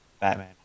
batman